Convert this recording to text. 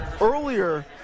earlier